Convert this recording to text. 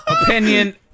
Opinion